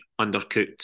undercooked